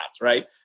Right